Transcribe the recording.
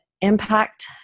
impact